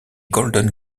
golden